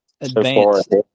advanced